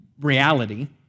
reality